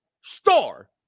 star